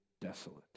desolate